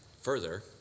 further